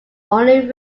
only